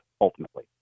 ultimately